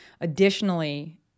Additionally